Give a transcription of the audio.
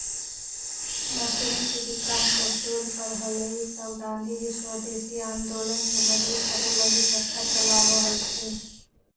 machine के विकास जब जोर पर हलई तब गाँधीजी स्वदेशी आंदोलन के मजबूत करे लगी चरखा चलावऽ हलथिन